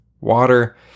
water